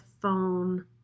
phone